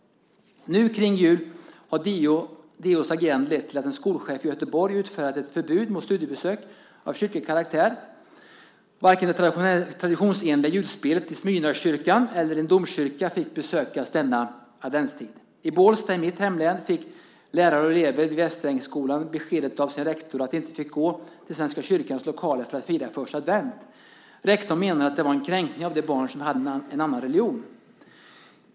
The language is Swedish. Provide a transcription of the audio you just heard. Nu kring jul har DO:s agerande lett till att en skolchef i Göteborg utfärdat ett förbud mot studiebesök av kyrklig karaktär. Varken det traditionsenliga julspelet i Smyrnakyrkan eller en domkyrka fick besökas denna adventstid. I Bålsta, i mitt hemlän, fick lärare och elever i Västerängsskolan beskedet av sin rektor att de inte fick gå till Svenska kyrkans lokaler för att fira första advent. Rektorn menade att detta var en kränkning av de barn som hade en annan religion.